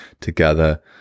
together